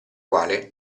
quale